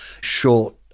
short